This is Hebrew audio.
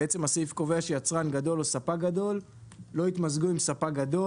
בעצם הסעיף קובע שיצרן גדול או ספק גדול לא יתמזגו עם ספק גדול,